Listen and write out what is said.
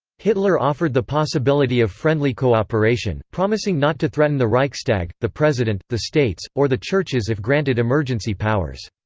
hitler offered the possibility of friendly co-operation, promising not to threaten the reichstag, the president, the states, or the churches if granted emergency powers.